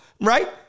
Right